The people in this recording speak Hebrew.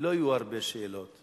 לא יהיו הרבה שאלות.